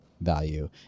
value